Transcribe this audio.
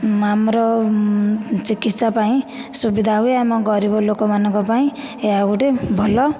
ଆମର ଚିକିତ୍ସା ପାଇଁ ସୁବିଧା ହୁଏ ଆମ ଗରିବ ଲୋକମାନଙ୍କ ପାଇଁ ଏହା ଗୋଟିଏ ଭଲ